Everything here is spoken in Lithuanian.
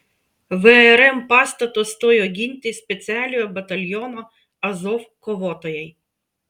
vrm pastato stojo ginti specialiojo bataliono azov kovotojai